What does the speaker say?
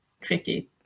tricky